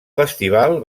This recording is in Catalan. festival